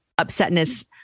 upsetness